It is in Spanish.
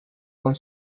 con